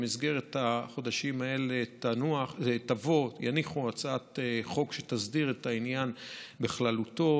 ובמסגרת החודשים האלה יניחו הצעת חוק שתסדיר את העניין בכללותו.